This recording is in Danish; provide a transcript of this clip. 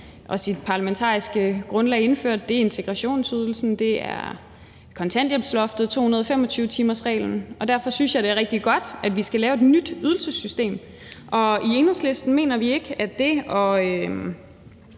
og dens parlamentariske grundlag indførte. Det er integrationsydelsen, det er kontanthjælpsloftet, og det er 225-timersreglen. Derfor synes jeg, det er rigtig godt, at vi skal lave et nyt ydelsessystem. I Enhedslisten mener vi ikke, at det at